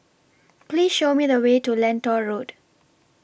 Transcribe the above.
Please Show Me The Way to Lentor Road